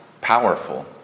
powerful